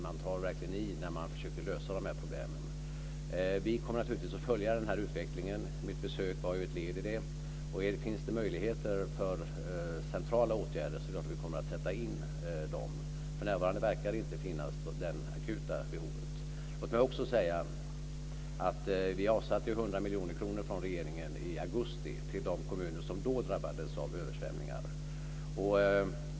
Man tar verkligen i när man försöker lösa de här problemen. Vi kommer naturligtvis att följa den här utvecklingen. Mitt besök var ett led i det. Om det finns möjligheter för centrala åtgärder är det klart att vi kommer att sätta in dem. För närvarande verkar det akuta behovet inte finnas. Låt mig också säga att regeringen avsatte 100 miljoner kronor i augusti till de kommuner som då drabbades av översvämningar.